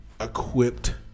equipped